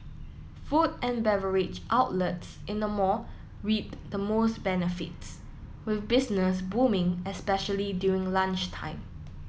food and beverage outlets in the mall reap the most benefits will business booming especially during lunchtime